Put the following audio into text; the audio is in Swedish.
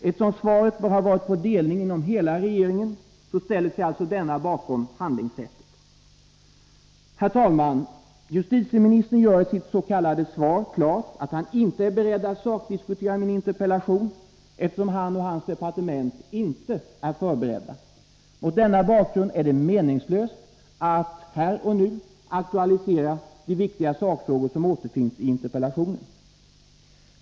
Eftersom svaret bör ha varit på delning inom hela regeringen, ställer sig alltså denna bakom handlingssättet. Herr talman! Justitieministern gör i sitt s.k. svar klart att han inte är beredd att sakdiskutera min interpellation, eftersom han och hans departement inte är förberedda. Mot denna bakgrund är det meningslöst att här och nu aktualisera de viktiga sakfrågor som återfinns i interpellationen.